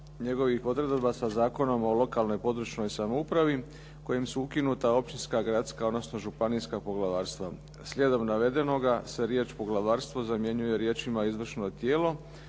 njegovih odredaba sa Zakonom o lokalnoj i područnoj samoupravi kojim su ukinuta općinska, gradska, odnosno županijska poglavarstva. Slijedom navedenoga se riječ: "poglavarstvo" zamjenjuje riječima: "izvršno tijelo".